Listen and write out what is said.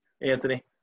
Anthony